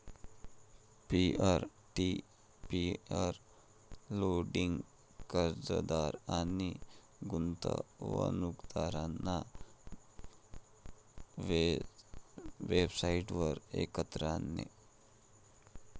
peer to peer lending कर्जदार आणि गुंतवणूकदारांना वेबसाइटवर एकत्र आणते